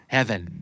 Heaven